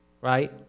right